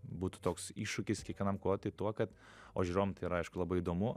būtų toks iššūkis kiekvienam kovotojui tuo kad o žiūrovam tai yra aišku labai įdomu